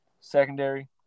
secondary